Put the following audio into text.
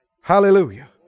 Hallelujah